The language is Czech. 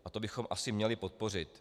A to bychom asi měli podpořit.